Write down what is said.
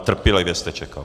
Trpělivě jste čekal.